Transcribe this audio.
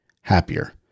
happier